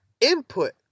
input